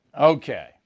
Okay